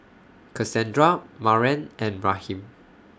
Cassandra Maren and Raheem